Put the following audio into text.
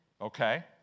Okay